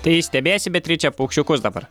tai stebėsi beatriče paukščiukus dabar